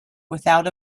without